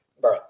bro